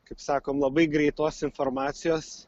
kaip sakom labai greitos informacijos